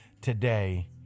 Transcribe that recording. today